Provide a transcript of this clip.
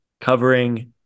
covering